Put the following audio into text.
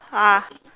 ah